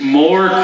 more